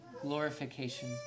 glorification